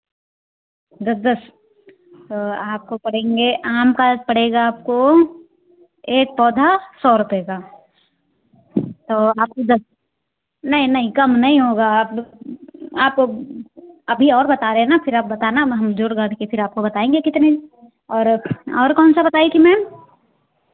दस दस आपको पड़ेंगे आम का पड़ेगा आपको एक पौधा सौ रुपए का तो आपको दस नहीं नहीं कम नहीं होगा आप आप अभी और बता रहे ना फिर आप बताना हम जोड़ गाड़ के फिर आपको बताएंगे कितने और कौन सा बताई थी मैम